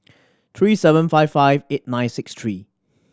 three seven five five eight nine six three